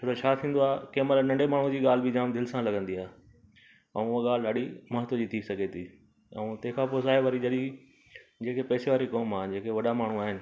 छो त छा थींदो आहे कंहिं महिल नंढे माण्हूअ जी ॻाल्हि बि जाम दिलि सां लॻंदी आहे ऐं उहा ॻाल्हि ॾाढी महत्वु जी थी सघे थी ऐं तंहिं खां पोइ छाहे वरी जॾहिं जंहिंखे पैसे वारी क़ौम आहे जेके वॾा माण्हू आहिनि